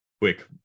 quick